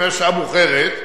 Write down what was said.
השעה מאוחרת.